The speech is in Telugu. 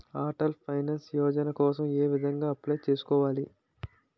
అటల్ పెన్షన్ యోజన కోసం ఏ విధంగా అప్లయ్ చేసుకోవాలి?